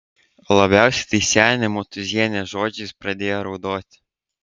o labiausiai tai senė motūzienė žodžiais pradėjo raudoti